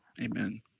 amen